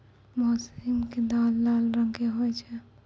मौसरी के दाल लाल रंग के होय छै